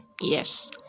Yes